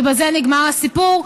ובזה נגמר הסיפור.